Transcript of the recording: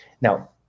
Now